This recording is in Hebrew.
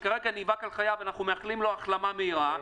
שכרגע נאבק על חייו ואנחנו מאחלים לו החלמה מהירה,